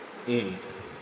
mm